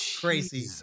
crazy